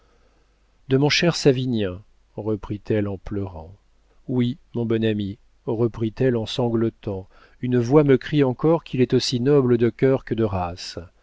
de mon cher savinien reprit-elle en pleurant oui mon bon ami reprit-elle en sanglotant une voix me crie encore qu'il est aussi noble de cœur que de race